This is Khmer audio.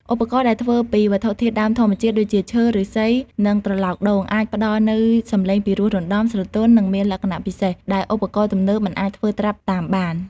ឧបករណ៍ដែលធ្វើពីវត្ថុធាតុដើមធម្មជាតិដូចជា ឈើ ឫស្សី និងត្រឡោកដូង អាចផ្តល់នូវសំឡេងពីរោះរណ្ដំ ស្រទន់ និងមានលក្ខណៈពិសេស ដែលឧបករណ៍ទំនើបមិនអាចធ្វើត្រាប់តាមបាន។